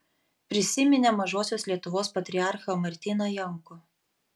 prisiminė mažosios lietuvos patriarchą martyną jankų